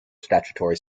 statutory